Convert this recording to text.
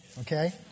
okay